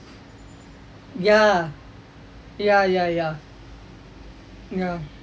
ya ya ya ya ya